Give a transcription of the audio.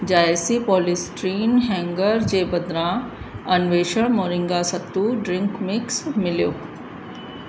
जायसी polystyrene hanger जे बदिरां अन्वेषण मोरिंगा सत्तू ड्रिंक मिक्स मिलियो